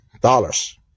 dollars